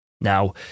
Now